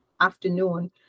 afternoon